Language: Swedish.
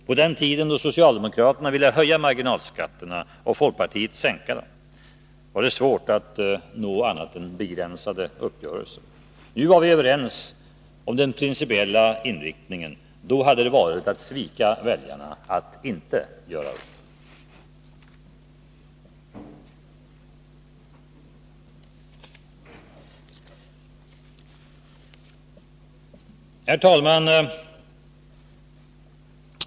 På den tiden då socialdemokraterna ville höja marginalskatterna och folkpartiet sänka dem var det svårt att nå annat än begränsade uppgörelser. Nu var vi överens om den principiella inriktningen. Då hade det varit att svika väljarna att inte göra upp. Herr talman!